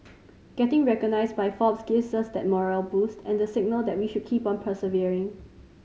getting recognised by Forbes gives us that morale boost and the signal that we should keep on persevering